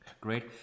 Great